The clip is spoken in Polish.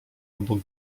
obok